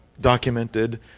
documented